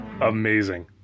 amazing